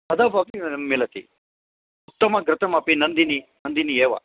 तदपि अपि मिलति उत्तमघृतमपि नन्दिनी नन्दिनी एव